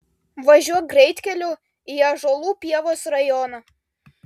važiuok greitkeliu į ąžuolų pievos rajoną